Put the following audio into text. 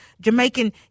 Jamaican